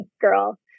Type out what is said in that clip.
girl